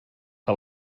que